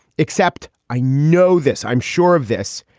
except i know this. i'm sure of this,